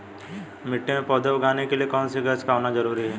मिट्टी में पौधे उगाने के लिए कौन सी गैस का होना जरूरी है?